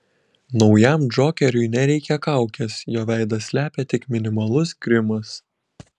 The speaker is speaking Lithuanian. naujam džokeriui nereikia kaukės jo veidą slepia tik minimalus grimas